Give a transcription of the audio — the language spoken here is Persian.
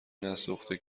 نسوخته